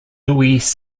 louis